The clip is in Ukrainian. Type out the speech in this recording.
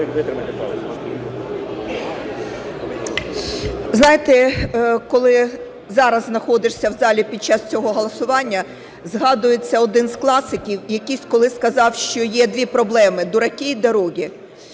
Знаєте, коли зараз знаходишся в залі під час цього голосування, згадується один з класиків, який колись сказав, що є дві проблеми – "дураки и дороги".